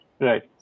Right